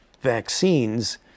vaccines